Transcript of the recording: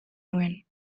nuen